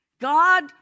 God